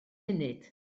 munud